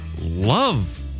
Love